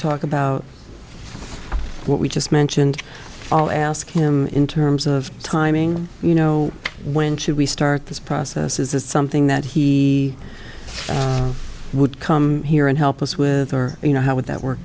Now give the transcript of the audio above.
talk about what we just mentioned all ask him in terms of timing you know when should we start this process is this something that he would come here and help us with or you know how would that work